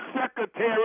secretary